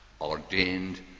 ordained